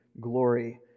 glory